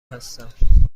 هستم